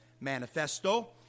Manifesto